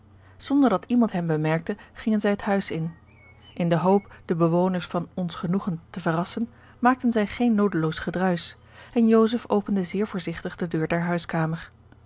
zonder dat iemand hen bemerkte gingen zij het huis in in de hoop de bewoners van ons genoegen te verrassen maakten zij geen noodeloos gedruisch en joseph opende zeer voorzigtig de deur der huiskamer